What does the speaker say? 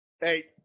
Hey